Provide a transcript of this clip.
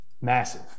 massive